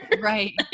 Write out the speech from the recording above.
Right